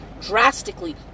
drastically